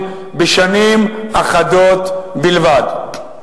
בשנים אחדות בלבד.